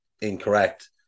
incorrect